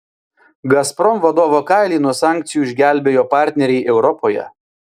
gazprom vadovo kailį nuo sankcijų išgelbėjo partneriai europoje